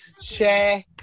share